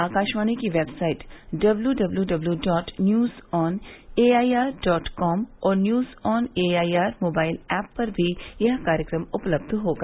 आकाशवाणी की website W W W dot news on A I R dot com और news on A I R mobile app पर भी यह कार्यक्रम उपलब्ध होगा